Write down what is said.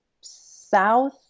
south